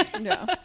No